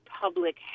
public